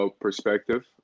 perspective